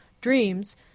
dreams